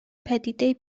پدیدهای